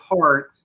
heart